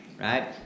right